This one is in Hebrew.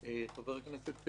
חבר הכנסת פולקמן,